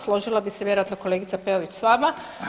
Složila bi se vjerojatno kolegica Peović s vama.